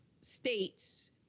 states